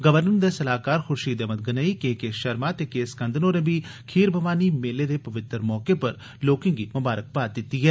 governor हंदे सलाहकार Khurshid Ahmad Ganai K K Sharma ते के स्कन्दन होरें बी खीर भवानी मेले दे पवित्तर मौके पर लोकें गी मुबारकबाद दित्ती ऐ